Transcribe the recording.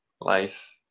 life